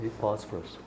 phosphorus